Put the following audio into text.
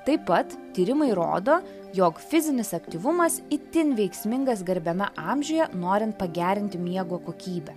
taip pat tyrimai rodo jog fizinis aktyvumas itin veiksmingas garbiame amžiuje norint pagerinti miego kokybę